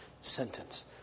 sentence